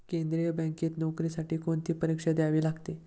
केंद्रीय बँकेत नोकरीसाठी कोणती परीक्षा द्यावी लागते?